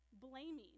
Blaming